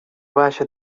baixa